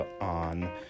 on